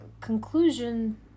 conclusion